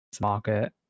market